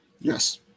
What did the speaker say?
Yes